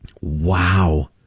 Wow